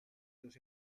los